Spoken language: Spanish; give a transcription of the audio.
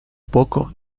poco